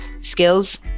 Skills